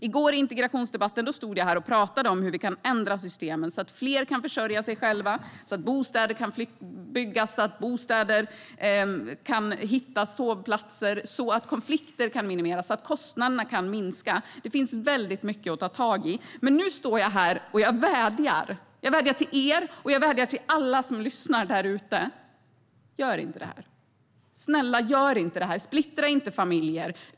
I går i integrationsdebatten stod jag här och talade om hur vi kan ändra systemen så att fler kan försörja sig själva, så att bostäder kan byggas, så att sovplatser kan hittas, så att konflikter kan minimeras och så att kostnader kan minska. Det finns mycket att ta tag i. Men nu står jag här, och jag vädjar. Jag vädjar till er, och jag vädjar till alla som lyssnar där ute: Gör inte det här! Snälla, gör inte det här. Splittra inte familjer.